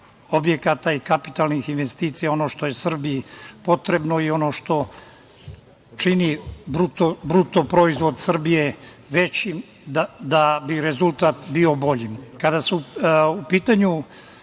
objekata i kapitalnih investicija, ono što je Srbiji potrebno i ono što čini bruto proizvod Srbije većim, da bi rezultat bio bolji. Kada